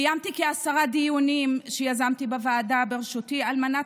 קיימתי כעשרה דיונים שיזמתי בוועדה בראשותי על מנת